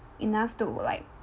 enough to like